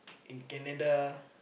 in Canada